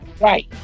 right